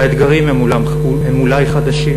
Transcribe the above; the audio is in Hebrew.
והאתגרים הם אולי חדשים,